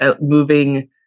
moving